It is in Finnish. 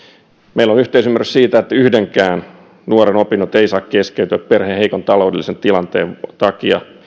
meillä on yhteisymmärrys siitä että yhdenkään nuoren opinnot eivät saa keskeytyä perheen heikon taloudellisen tilanteen takia